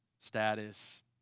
status